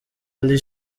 ali